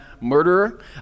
murderer